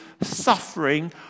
suffering